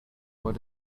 what